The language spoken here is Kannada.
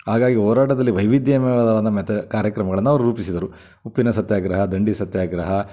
ಹಾಗಾಗಿ ಹೋರಾಟದಲ್ಲಿ ವೈವಿಧ್ಯಮಯವಾದ ಮತ್ತು ಕಾರ್ಯಕ್ರಮಗಳನ್ನ ಅವ್ರು ರೂಪಿಸಿದರು ಉಪ್ಪಿನ ಸತ್ಯಾಗ್ರಹ ದಂಡಿ ಸತ್ಯಾಗ್ರಹ